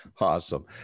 Awesome